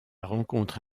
rencontre